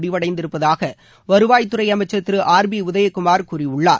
முடிவடைந்திருப்பதாக வருவாய் துறை அமைச்சர் திரு ஆர் பி உதயகுமார் கூறியுள்ளார்